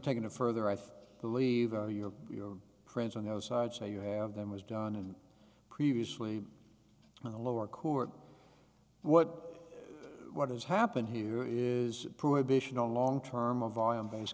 taking it further i believe are your your friends on the outside so you have them was done in previously on a lower court what what has happened here is a prohibition on long term of vol